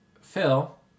Phil